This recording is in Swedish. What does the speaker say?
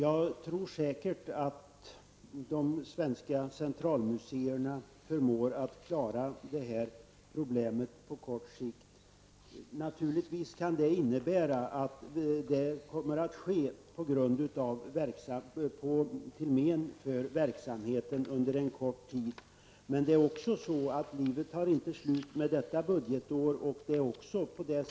Herr talman! De svenska centralmuseerna förmår säkert, fru Sundberg, att klara det här problemet på kort sikt. Naturligtvis kan det som sker bli till men för verksamheten under en kort tid. Men livet tar ju inte slut i och med att detta budgetår är slut.